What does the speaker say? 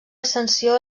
ascensió